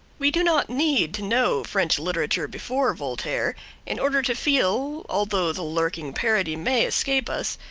we do not need to know french literature before voltaire in order to feel, although the lurking parody may escape us,